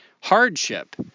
hardship